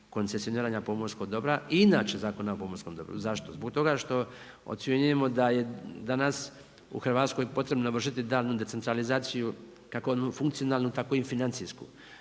koncesioniranja pomorskog dobra i inače Zakona o pomorskom dobru. Zašto? Zbog toga što ocjenjujemo da je danas u Hrvatskoj potrebno vršiti daljnju decentralizaciju kako funkcionalnu, tako i financijsku.